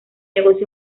negocio